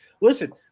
Listen